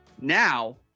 Now